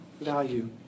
value